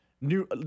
new